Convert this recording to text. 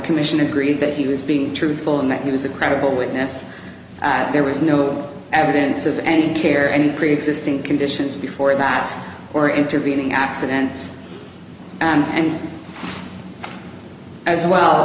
commission agreed that he was being truthful and that he was a credible witness that there was no evidence of any care and preexisting conditions before that or intervening accidents and as well